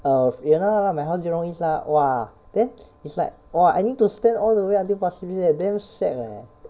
my house jurong east lah !wah! then is like !wah! I need to stand all the way until pasir ris leh damn sad leh